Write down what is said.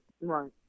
Right